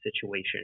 situation